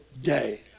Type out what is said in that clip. day